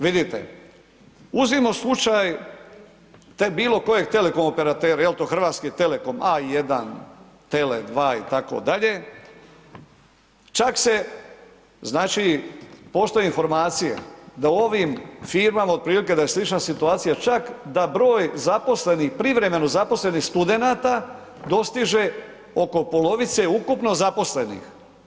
Vidite, uzmimo slučaj bilo kojeg telekom operatera, je li to Hrvatski Telekom, A1, Tele2, itd., čak se znači, postoje informacije da u ovim firmama, otprilike da je slična situacija, čak da broj zaposlenih, privremeno zaposlenih studenata dostiže oko polovite ukupno zaposlenih.